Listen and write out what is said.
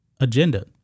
agenda